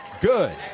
good